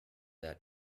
that